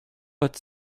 but